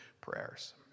prayers